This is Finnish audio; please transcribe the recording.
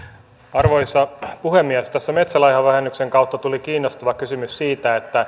arvoisa puhemies tässä metsälahjavähennyksen kautta tuli kiinnostava kysymys siitä